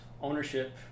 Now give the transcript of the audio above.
ownership